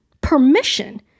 permission